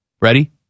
Ready